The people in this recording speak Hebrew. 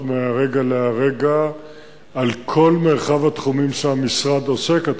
מהרגע להרגע על כל מרחב התחומים שהמשרד עוסק בהם.